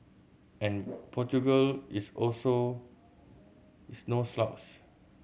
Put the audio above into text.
and Portugal is also is no slouch